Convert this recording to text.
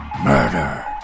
murder